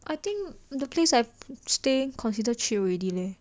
I think the place I stay consider cheap already leh